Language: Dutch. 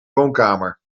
woonkamer